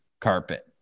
carpet